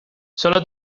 solo